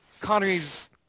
Connery's